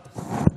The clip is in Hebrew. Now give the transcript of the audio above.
מה אתה עושה פה?